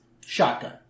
shotgun